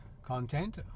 content